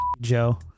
Joe